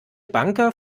banker